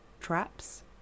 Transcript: traps